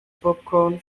popcorn